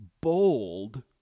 bold